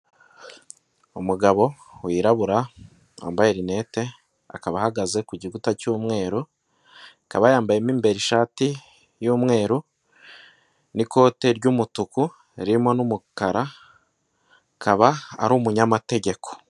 Umugabo wirabura wambaye rinete akaba ahagaze ku gikuta cy'umweru akaba yambayemo imbere ishati y'umweru n'ikote ry'umutuku ririmo n'umukara akaba ari umunyamategeko.